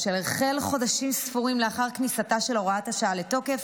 אשר החל חודשים ספורים לאחר כניסתה של הוראת השעה לתוקף,